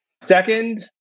Second